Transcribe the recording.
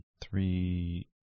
Three